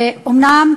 אומנם,